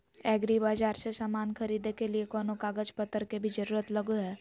एग्रीबाजार से समान खरीदे के लिए कोनो कागज पतर के भी जरूरत लगो है?